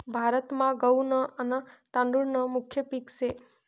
भारतमा गहू न आन तादुळ न मुख्य पिक से